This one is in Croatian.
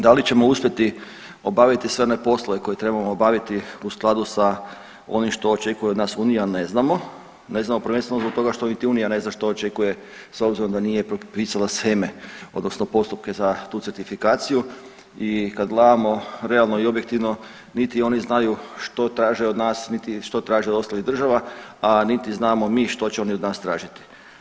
Da li ćemo uspjeti obaviti sve one poslove koje trebamo obaviti u skladu sa onim što očekuje od nas Unija, ne znamo, ne znamo prvenstveno zbog toga što niti Unija ne zna što očekuje s obzirom da nije propisala sheme odnosno postupke za tu certifikaciju i kad gledamo realno i objektivno, niti oni znaju što traže od nas niti što traže od ostalih država, a niti znamo mi što će oni od nas tražiti.